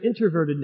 introvertedness